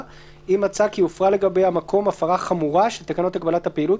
אם מצא כי הופרה לגבי המקום הפרה חמורה של תקנות הקבלתה פעילות